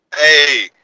Hey